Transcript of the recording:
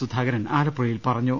സുധാകരൻ ആലപ്പുഴയിൽ പറഞ്ഞു